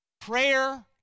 Prayer